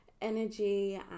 energy